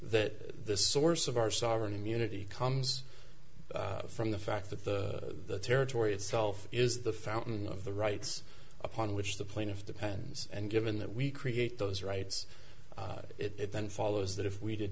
that the source of our sovereign immunity comes from the fact that the territory itself is the fountain of the rights upon which the plaintiff depends and given that we create those rights it then follows that if we did